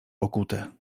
okute